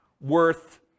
worth